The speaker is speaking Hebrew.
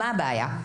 מה הבעיה?